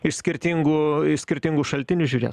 iš skirtingų skirtingų šaltinių žiūrėt